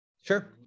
Sure